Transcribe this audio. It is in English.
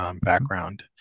background